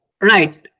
Right